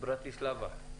מברטיסלבה.